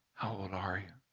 how old are you?